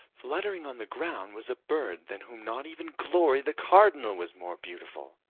fluttering on the ground was a bird than whom not even glory the cardinal was more beautiful.